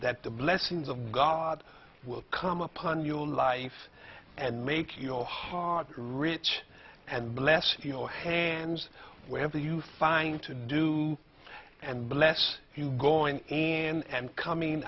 that the blessings of god will come upon your life and make your heart rich and bless your hands wherever you find to do and bless you going in and coming